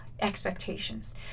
expectations